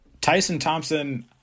Tyson-Thompson